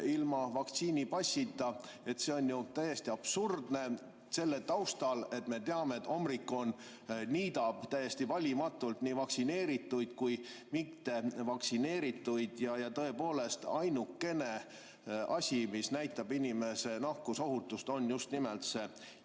ilma vaktsiinipassita, on ju absurdne selle taustal, et me teame, et omikron niidab täiesti valimatult nii vaktsineerituid kui ka mittevaktsineerituid. Tõepoolest, ainukene asi, mis näitab inimese nakkusohutust, on just nimelt see